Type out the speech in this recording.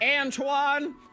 Antoine